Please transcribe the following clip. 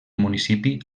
municipi